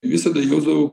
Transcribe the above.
visada jusdavau